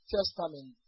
Testament